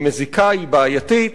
היא מזיקה, היא בעייתית,